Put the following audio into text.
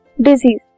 disease